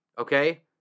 okay